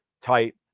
tight